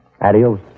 Adios